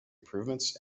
improvements